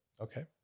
Okay